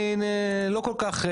אני לא כל כך,